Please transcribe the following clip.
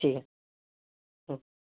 ঠিক হুম